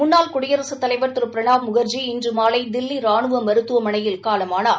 முன்னாள் குடியரசுத் தலைவா் திரு பிரணாப் முகா்ஜி இன்று மாலை தில்லி ரானுவ மருத்துவமனையில் காலமானார்